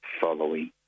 following